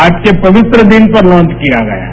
आज के पवित्र दिन पर तांच किया गया है